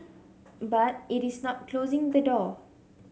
but it is not closing the door